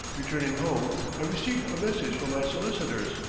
returning home i received a message from my solicitors,